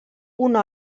una